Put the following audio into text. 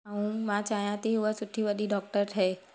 ऐं मां चाहियां थी उहा सुठी वॾी डॉक्टर ठहे